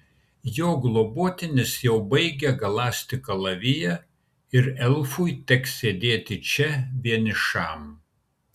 jo globotinis jau baigia galąsti kalaviją ir elfui teks sėdėti čia vienišam